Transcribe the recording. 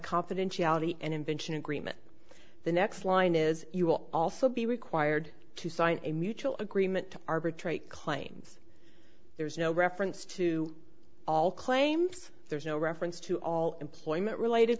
confidentiality and invention agreement the next line is you will also be required to sign a mutual agreement to arbitrate claims there's no reference to all claims there's no reference to all employment related